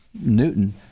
Newton